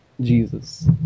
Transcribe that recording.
Jesus